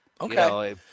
Okay